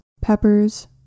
peppers